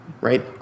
Right